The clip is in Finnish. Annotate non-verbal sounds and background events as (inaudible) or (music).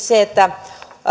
(unintelligible) se että tässä